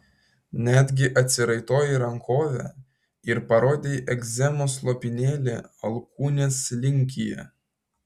netgi atsiraitojai rankovę ir parodei egzemos lopinėlį alkūnės linkyje